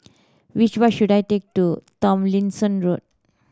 which bus should I take to Tomlinson Road